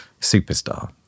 superstar